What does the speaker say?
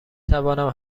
توانم